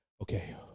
okay